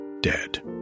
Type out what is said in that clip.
dead